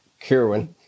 Kirwan